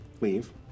leave